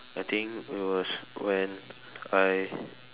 I think it was when I